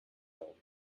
darum